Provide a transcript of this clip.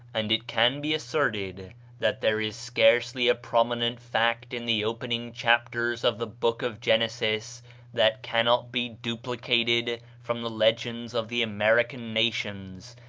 and it can be asserted that there is scarcely a prominent fact in the opening chapters of the book of genesis that cannot be duplicated from the legends of the american nations,